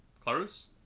Clarus